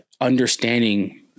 understanding